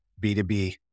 B2B